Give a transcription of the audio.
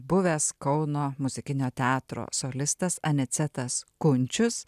buvęs kauno muzikinio teatro solistas anicetas kunčius